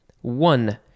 One